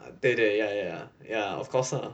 对对对 ya ya ya ya of course lah